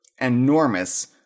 enormous